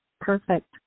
Perfect